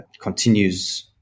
continues